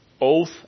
Oath